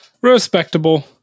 Respectable